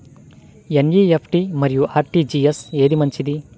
NEFT మరియు RTGS ఏది మంచిది?